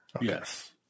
Yes